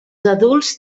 adults